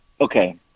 okay